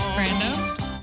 Brando